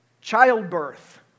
Childbirth